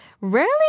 rarely